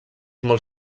molt